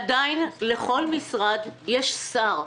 עדיין, לכל משרד יש שר.